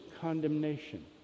condemnation